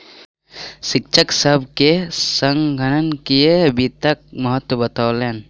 शिक्षक सभ के संगणकीय वित्तक महत्त्व बतौलैन